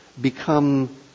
become